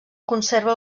conserva